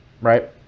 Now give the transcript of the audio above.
right